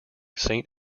saint